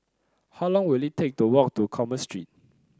how long will it take to walk to Commerce Street